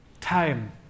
time